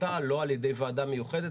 ות"ל ולא על-ידי ועדה מיוחדת.